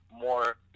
more